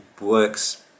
works